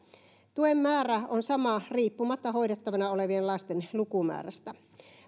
tuen määrä on sama riippumatta hoidettavana olevien lasten lukumäärästä